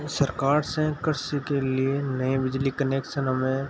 सरकार के लिए नए बिजली कनेक्शन हमें